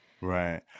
Right